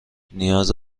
نیاز